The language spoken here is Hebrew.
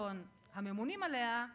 רצון הממונים עליה,